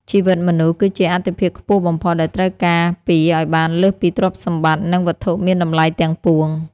ជីវិតមនុស្ស គឺជាអាទិភាពខ្ពស់បំផុតដែលត្រូវការពារឱ្យបានលើសពីទ្រព្យសម្បត្តិ និងវត្ថុមានតម្លៃទាំងពួង។